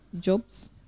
jobs